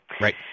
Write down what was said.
Right